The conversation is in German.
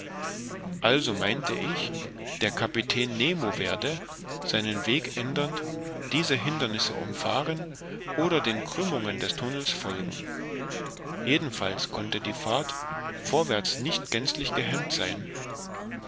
also meinte ich der kapitän nemo werde seinen weg ändernd diese hindernisse umfahren oder den krümmungen des tunnels folgen jedenfalls konnte die fahrt vorwärts nicht gänzlich gehemmt sein